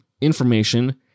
information